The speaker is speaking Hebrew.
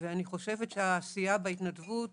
ואני חושבת שהעשייה בהתנדבות,